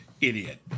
idiot